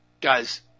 Guys